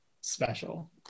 special